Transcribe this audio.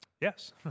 yes